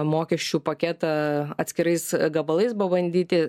mokesčių paketą atskirais gabalais ba bandyti